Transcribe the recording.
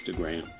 Instagram